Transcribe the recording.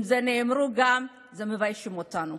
אם הן נאמרו, הן מביישות אותנו.